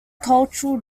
cultural